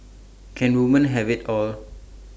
can woman have IT all